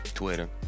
Twitter